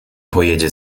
pojedzie